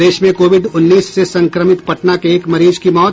प्रदेश में कोविड उन्नीस से संक्रमित पटना के एक मरीज की मौत